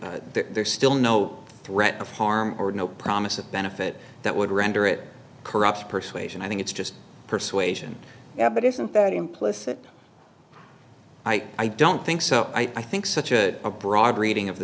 daughtry there's still no threat of harm or no promise of benefit that would render it corrupts persuasion i think it's just persuasion yeah but isn't that implicit i don't think so i think such a broad reading of the